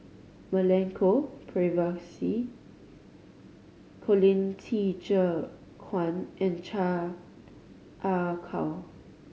Milenko Prvacki Colin Qi Zhe Quan and Chan Ah Kow